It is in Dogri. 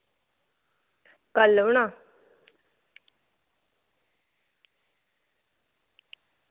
कल्ल औना